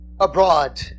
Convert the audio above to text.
abroad